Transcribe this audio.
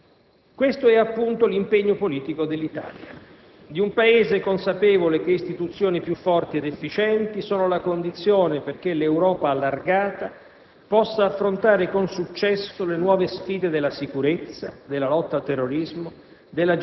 È decisiva la forza delle istituzioni e dell'impegno politico. Questo è, appunto, l'impegno politico dell'Italia, di un Paese consapevole che istituzioni più forti ed efficienti sono la condizione perché l'Europa allargata